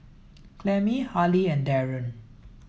Clemmie Halie and Darryn